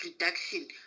reduction